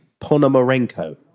Ponomarenko